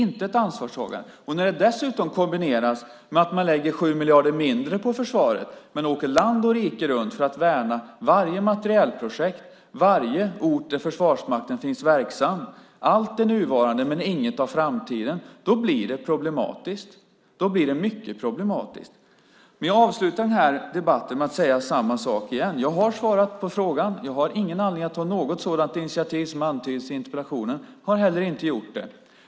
När det dessutom kombineras med att man lägger 7 miljarder mindre på försvaret men åker land och rike runt för att värna varje materielprojekt, varje ort där Försvarsmakten är verksam, allt det nuvarande men inget i framtiden blir det mycket problematiskt. Jag avslutar den här debatten med att säga samma sak igen. Jag har svarat på frågan. Jag har ingen anledning att ta något sådant initiativ som antyds i interpellationen och har heller inte gjort det.